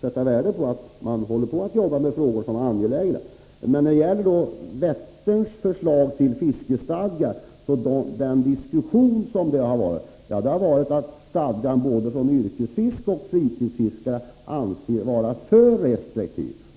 sätta värde på att regeringen jobbar med frågor som är angelägna. När det gäller förslaget till fiskestadga för Vättern har diskussionen visat att både yrkesfiskare och fritidsfiskare anser stadgan vara för restriktiv.